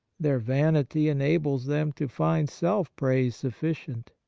their vanity enables them to find self-praise sufficient.